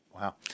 wow